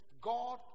God